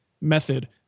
method